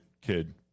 kid